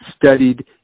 Studied